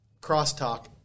crosstalk